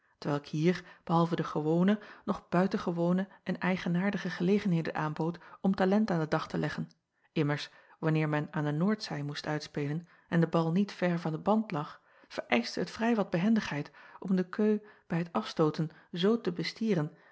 t welk hier behalve de gewone nog buitengewone en eigenaardige gelegenheden aanbood om talent aan den dag te leggen immers wanneer men aan de noordzij moest uitspelen en de bal niet ver van den band lag vereischte het vrij wat behendigheid om de queue bij t afstooten zoo te bestieren